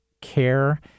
care